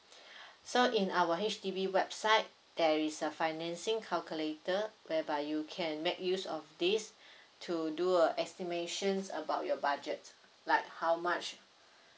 so in our H_D_B website there is a financing calculator whereby you can make use of this to do a estimations about your budget like how much